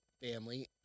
family